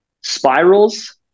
Spirals